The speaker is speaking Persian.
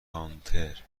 گانتر